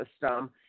system